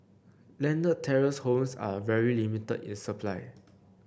landed terrace homes are very limited in supply